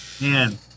man